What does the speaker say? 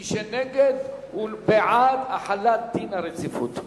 מי שנגד הוא בעד החלת דין הרציפות.